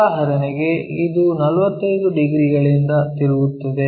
ಉದಾಹರಣೆಗೆ ಇದು 45 ಡಿಗ್ರಿಗಳಿಂದ ತಿರುಗುತ್ತದೆ